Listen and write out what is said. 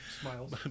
Smiles